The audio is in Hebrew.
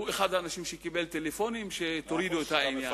הוא אחד האנשים שקיבל טלפונים שיורידו את העניין.